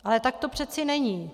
Ale tak to přeci není.